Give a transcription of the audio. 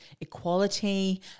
equality